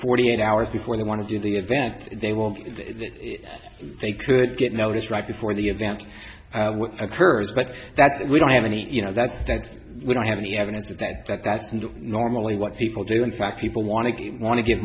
forty eight hours before they want to do the event they won't they could get noticed right before the event occurs but that's we don't have any you know that's that's we don't have any evidence of that that's and normally what people do in fact people want to want to get